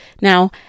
Now